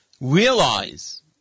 realize